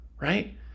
right